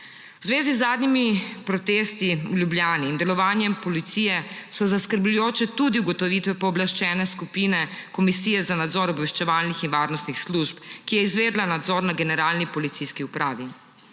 V zvezi z zadnjimi protesti v Ljubljani in delovanjem policije so zaskrbljujoče tudi ugotovitve pooblaščene skupine Komisije za nadzor obveščevalnih in varnostnih služb, ki je izvedla nadzor na generalni policijski upravi.